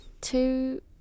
two